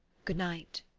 good-night.